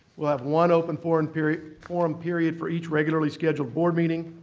we'll have one open forum period forum period for each regularly scheduled board meeting.